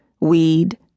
weed